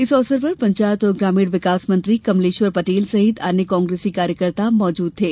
इस अवसर पर पंचायत और ग्रामीण विकास मंत्री कमलेश्वर पटेल सहित अन्य कांग्रेसी कार्यकर्ता मौजूद थे